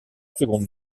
seconde